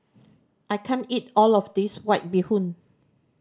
I can't eat all of this White Bee Hoon